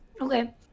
Okay